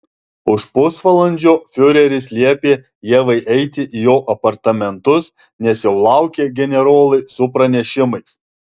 už pusvalandžio fiureris liepė ievai eiti į jo apartamentus nes jau laukė generolai su pranešimais